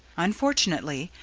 unfortunately,